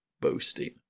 boasting